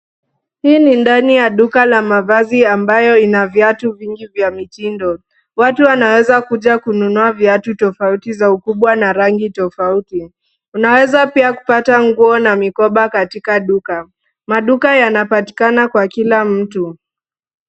Hii ni ndani ya duka la mavazi ambayo inaviatu vingu vya mitindo. Watu wanaweza kuja kununua viatu tofauti za ukubwa na rangi tofauti. Unawezi pia kupata nguo na mikoba katika duka. Maduka yanapatikana kwa kila mtu.